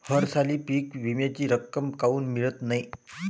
हरसाली पीक विम्याची रक्कम काऊन मियत नाई?